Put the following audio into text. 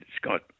Scott